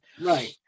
Right